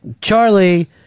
Charlie